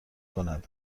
کند